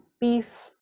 beef